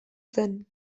zen